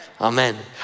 Amen